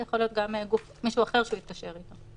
יכול להיות גם מישהו אחר שהוא התקשר אתו.